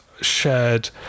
shared